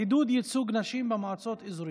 עידוד ייצוג נשים במועצות אזוריות),